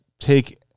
take